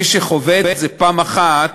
מי שחווה את זה פעם אחת,